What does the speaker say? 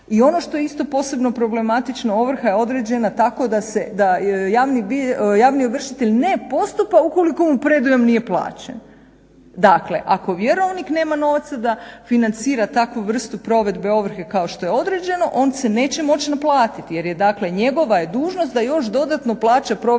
I ono što je isto posebno problematično ovrha je određena tako da javni ovršitelj ne postupa ukoliko mu predujam nije plaćen. Dakle, ako vjerovnik nema novaca da financira takvu vrstu provedbe ovrhe kao što je određeno, on se neće moći naplatiti jer dakle njegova je dužnost da još dodatno plaća provedbu ovrhe